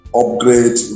upgrade